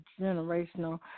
generational